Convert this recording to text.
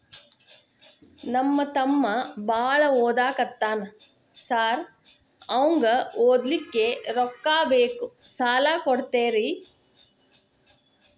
ನಮ್ಮ ತಮ್ಮ ಬಾಳ ಓದಾಕತ್ತನ ಸಾರ್ ಅವಂಗ ಓದ್ಲಿಕ್ಕೆ ರೊಕ್ಕ ಬೇಕು ಸಾಲ ಕೊಡ್ತೇರಿ?